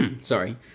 Sorry